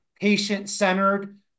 patient-centered